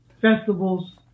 festivals